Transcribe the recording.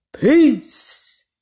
Peace